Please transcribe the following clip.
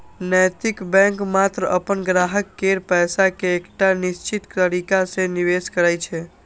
नैतिक बैंक मात्र अपन ग्राहक केर पैसा कें एकटा निश्चित तरीका सं निवेश करै छै